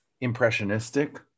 impressionistic